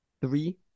Three